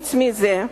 חוץ מזה,